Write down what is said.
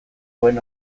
duen